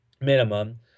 minimum